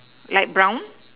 light brown